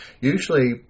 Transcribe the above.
usually